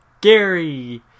Gary